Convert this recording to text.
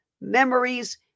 memories